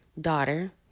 daughter